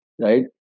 right